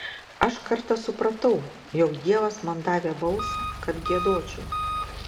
aš kartą supratau jog dievas man davė balsą kad giedočiau